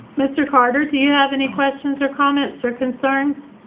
mr. carter, do you have any questions or comments or concerns?